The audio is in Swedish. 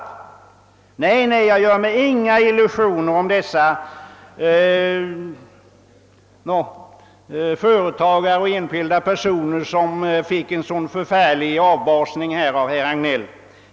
Nej, jag gör mig inte några illusioner i fråga om dessa företag och enskilda personer, som fick en sådan förfärlig avbasning nyss av herr Hagnell!